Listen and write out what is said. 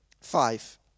five